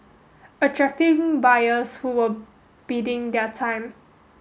attracting buyers who were biding their time